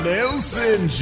Nelson